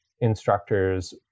instructors